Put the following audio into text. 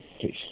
Peace